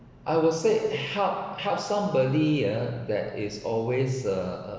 I would say help help somebody ah that is always err